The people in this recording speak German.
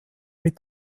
mit